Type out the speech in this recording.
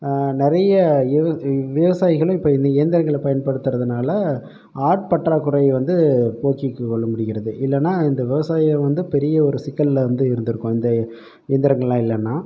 நிறைய விவ விவசாயிகளும் இப்போ இந்த இயந்திரங்களை பயன்படுத்துகிறதுனால ஆள் பற்றாக்குறை வந்து போக்கிக்கொள்ள முடிகிறது இல்லைனா இந்த விவசாயம் வந்து பெரிய ஒரு சிக்கலில் வந்து இருந்திருக்கும் இந்த இயந்திரங்களெலாம் இல்லைன்னா